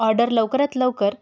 order लवकरात लवकर